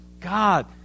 God